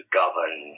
govern